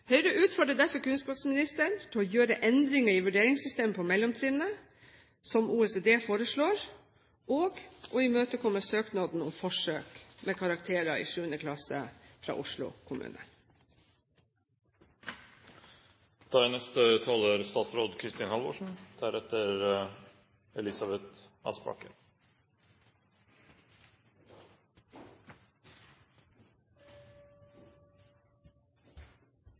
Høyre utfordrer derfor kunnskapsministeren til å gjøre endringer i vurderingssystemet på mellomtrinnet, slik OECD foreslår, og å imøtekomme søknaden fra Oslo kommune om forsøk med karakterer i 7. klasse.